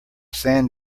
sand